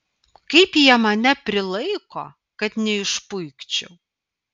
kaip jie mane prilaiko kad neišpuikčiau